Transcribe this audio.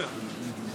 בבקשה.